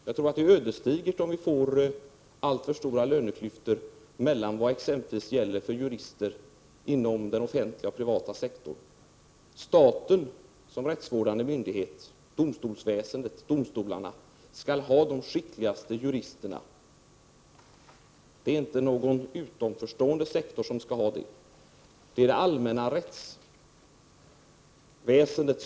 Jag tror att det är ödesdigert om vi får alltför stora löneklyftor mellan exempelvis jurister inom den offentliga och den privata sektorn. Staten som rättsvårdande myndighet — domstolsväsendet, domstolarna — skall ha de skickligaste juristerna. Det är inte någon utanförstående sektor som skall ha det, utan det allmänna rättsväsendet.